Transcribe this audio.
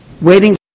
waiting